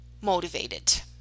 motivated